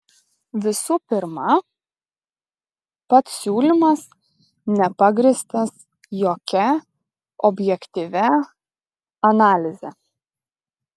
visų pirma pats siūlymas nepagrįstas jokia objektyvia analize